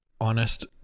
honest